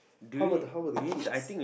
how about how about the kids